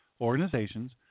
organizations